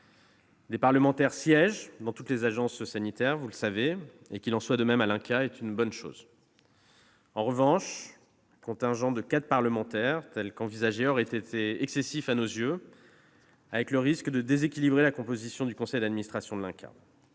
Des parlementaires siègent dans toutes les agences sanitaires. C'est une bonne chose qu'il en soit de même à l'INCa. En revanche, un contingent de quatre parlementaires, tel qu'il est envisagé, aurait été excessif à nos yeux, avec le risque de déséquilibrer la composition du conseil d'administration de l'INCa.